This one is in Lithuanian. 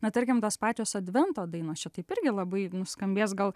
na tarkim tos pačios advento dainos čia taip irgi labai nuskambės gal